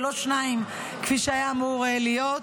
ולא שניים כפי שהיה אמור להיות.